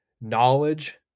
knowledge